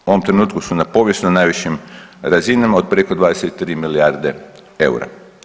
U ovom trenutku su na povijesno najvišim razinama od preko 23 milijarde eura.